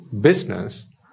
business